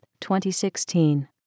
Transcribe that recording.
2016